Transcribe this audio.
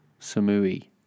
Samui